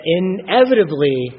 inevitably